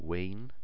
Wayne